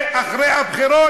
בסמכויות שלך בבקשה.